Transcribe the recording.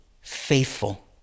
faithful